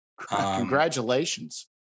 Congratulations